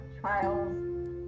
trials